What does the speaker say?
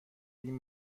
این